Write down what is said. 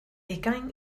hugain